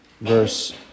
verse